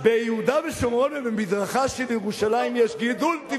ביהודה ושומרון ובמזרחה של ירושלים יש גידול טבעי,